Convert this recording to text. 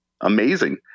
amazing